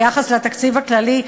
ביחס לתקציב הכללי,